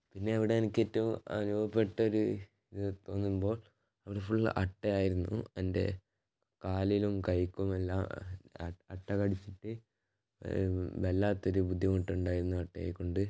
പിന്നെ അവിടെ എനിക്ക് ഏറ്റവും അനുഭവപ്പെട്ട ഒരു ഫുൾ അട്ടയായിരുന്നു എൻ്റെ കാലിലും കൈക്കുമെല്ലാം അട്ടകടിച്ചിട്ട് വല്ലാത്തൊരു ബുദ്ധിമുട്ടുണ്ടായിരുന്നു അട്ടയെ കൊണ്ട്